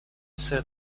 said